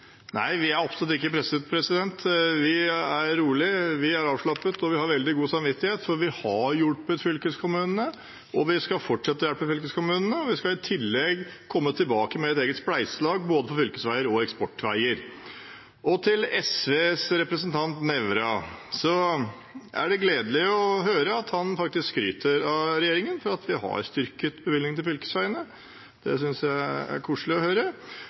Nei, vi er absolutt ikke presset. Vi er rolige, vi er avslappet, og vi har veldig god samvittighet, for vi har hjulpet fylkeskommunene, vi skal fortsette å hjelpe fylkeskommunene, og vi skal i tillegg komme tilbake med et eget spleiselag for fylkesveier og eksportveier. Til SVs representant Nævra: Det er gledelig å høre at han faktisk skryter av regjeringen for at vi har styrket bevilgningene til fylkesveiene. Det synes jeg er koselig å høre,